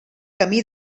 camí